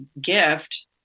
gift